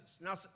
Now